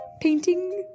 painting